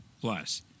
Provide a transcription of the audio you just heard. plus